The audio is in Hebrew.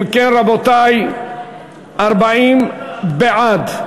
אם כן, רבותי, 40 בעד,